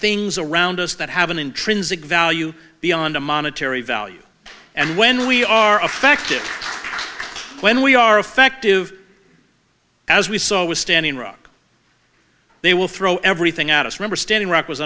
things around us that have an intrinsic value beyond a monetary value and when we are affected when we are affective as we saw with standing rock they will throw everything out of member standing rock was